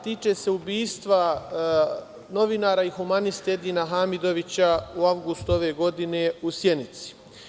Tiče se ubistva novinara i humaniste Edina Hamidovića u avgustu ove godine u Sjenici.